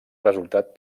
resultat